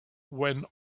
when